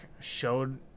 showed